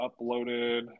uploaded